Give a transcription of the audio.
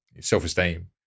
self-esteem